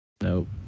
Nope